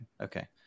Okay